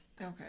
Okay